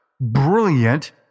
brilliant